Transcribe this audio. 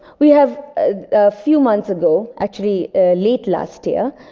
we have, a few months ago, actually late last year,